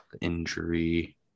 Injury